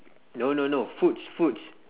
no no no foods foods